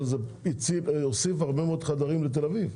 אבל זה הוסיף הרבה מאוד חדרים לתל אביב.